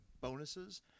bonuses